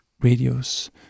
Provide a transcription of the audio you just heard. Radio's